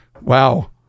Wow